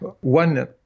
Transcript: one